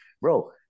Bro